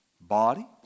Body